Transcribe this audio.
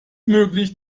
möglich